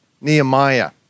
Nehemiah